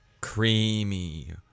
Creamy